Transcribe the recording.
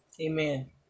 amen